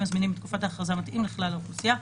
הזמינים בתקופת ההכרזה מתאים לכלל האוכלוסייה,